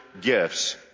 gifts